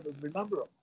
remember